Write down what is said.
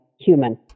human